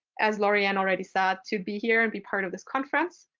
as lauriann already said, to be here and be part of this conference.